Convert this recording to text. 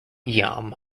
yam